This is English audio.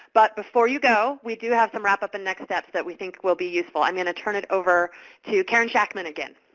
but before you go, we do have some wrap-up and next steps that we think will be useful. i'm going to turn it over to karen shakman again.